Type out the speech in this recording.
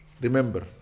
remember